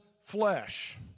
flesh